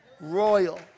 royal